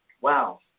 Wow